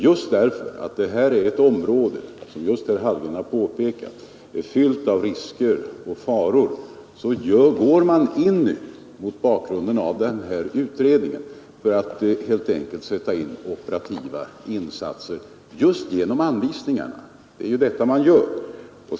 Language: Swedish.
Just därför att det — som herr Hallgren påpekat — gäller ett område som är fyllt av risker och faror, kommer man mot bakgrunden av den utförda undersökningen att sätta in operativa insatser genom anvisningarna.